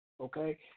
okay